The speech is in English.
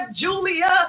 Julia